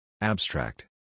Abstract